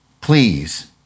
Please